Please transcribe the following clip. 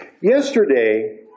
Yesterday